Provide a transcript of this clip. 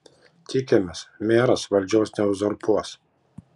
tikimės meras valdžios neuzurpuos